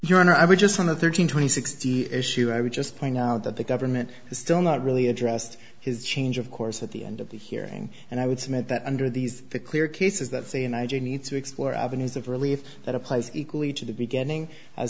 would just on the thirteen twenty sixty issue i would just point out that the government has still not really addressed his change of course at the end of the hearing and i would submit that under these clear cases that say and i do need to explore avenues of relief that applies equally to the beginning